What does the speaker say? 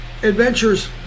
Adventures